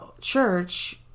church